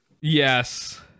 Yes